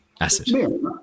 Acid